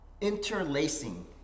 interlacing